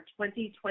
2020